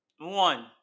One